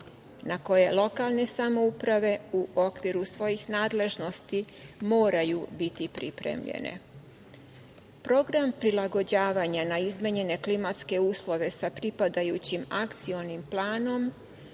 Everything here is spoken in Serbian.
na koje lokalne samouprave u okviru svojih nadležnosti moraju biti pripremljene. Program prilagođavanja na izmenjene klimatske uslove sa pripadajućim akcionim planom